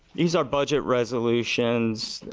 these are budget resolutions,